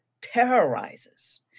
terrorizes